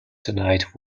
tonight